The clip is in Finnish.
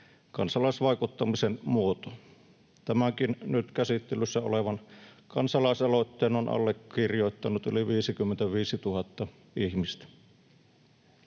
kansalaisvaikuttamisen muoto. Tämänkin nyt käsittelyssä olevan kansalaisaloitteen on allekirjoittanut yli 55 000 ihmistä.